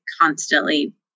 constantly